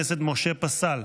אין מתנגדים ואין נמנעים.